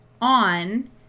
on